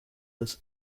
this